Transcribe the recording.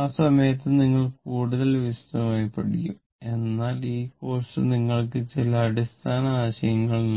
ആ സമയത്ത് നിങ്ങൾ കൂടുതൽ വിശദമായി പഠിക്കും എന്നാൽ ഈ കോഴ്സ് നിങ്ങൾക്ക് ചില അടിസ്ഥാന ആശയങ്ങൾ നൽകും